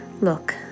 Look